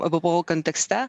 ebpo kontekste